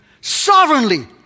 Sovereignly